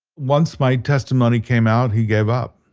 once my testimony came out, he gave up.